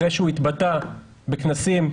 אחרי שהוא התבטא בכנסים